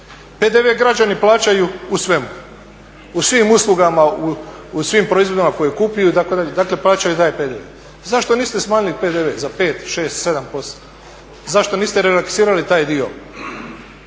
PDV građani plaćaju u svemu, u svim uslugama, u svim proizvodima koje kupe itd. dakle plaćaju taj PDV. Zašto niste smanjili PDV za 5, 6, 7%, zašto niste relaksirali taj dio?